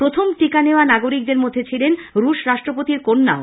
প্রথম টীকা নেওয়া নাগরিকদের মধ্যে ছিলেন রুশ রাষ্ট্রপতির মেয়েও